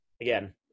again